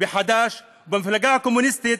בחד"ש ובמפלגה הקומוניסטית,